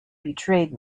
betrayed